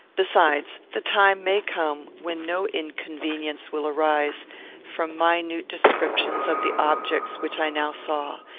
besides, the time may come when no inconvenience will arise from minute descriptions of the objects which i now saw,